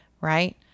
Right